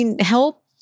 help